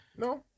No